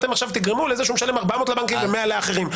אתם עכשיו תגרמו שהוא משלם 400 לבנקים ו-100 לאחרים.